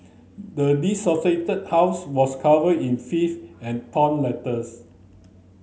the house was covered in filth and torn letters